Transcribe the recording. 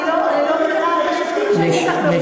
אני לא מכירה הרבה שופטים שהיו כל כך מרותקים.